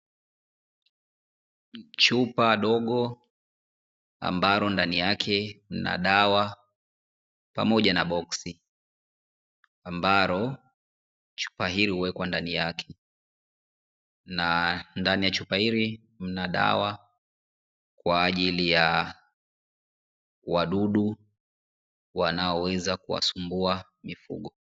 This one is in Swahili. Chupa dogo ambalo ndani yake mna dawa pamoja na boksi ambalo chupa hili huwekwa ndani yake, na ndani ya chupa hili mna dawa kwajili ya wadudu wanaoweza kuwasumbua mifugo.